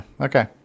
Okay